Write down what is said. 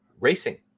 racing